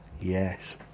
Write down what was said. Yes